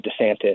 DeSantis